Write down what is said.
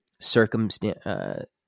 circumstance